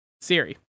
Siri